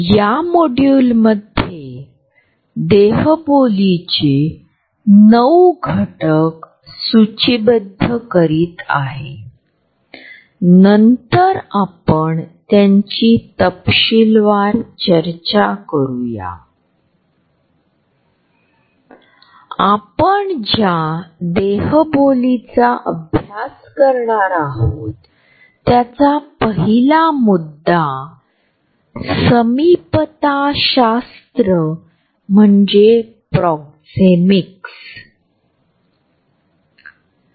आता या अदृश्य फुग्यामागची कल्पना अशी आहे की जेव्हा आपण चालतो तेव्हा आपण या अदृश्य फुग्याने वेढलेले असतो आणि सामान्यत लोकांना या अदृश्य फुग्यावर अतिक्रमण होऊ देत नाही